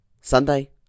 Sunday